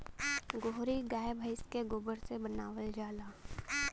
गोहरी गाय भइस के गोबर से बनावल जाला